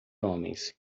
homens